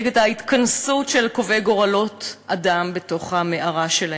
נגד ההתכנסות של קובעי גורלות אדם בתוך המערה שלהם.